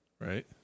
right